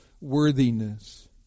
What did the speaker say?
worthiness